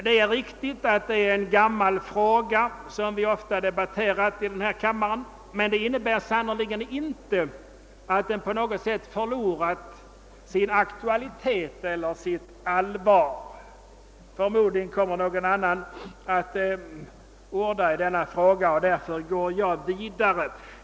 Det är riktigt att det är en gammal fråga som vi ofta debatterat i denna kammare, men detta innebär sannerligen inte att den på något sätt förlorat sin aktualitet eller sitt allvar. Förmodligen kommer någon annan att ta till orda i denna fråga, och därför går jag vidare.